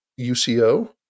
UCO